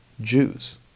Jews